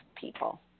people